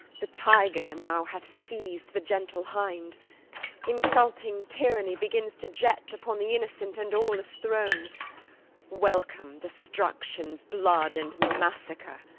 the tiger now hath seiz'd the gentle hind insulting tyranny begins to jet upon the innocent and aweless throne welcome, destruction, blood, and massacre!